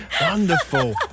Wonderful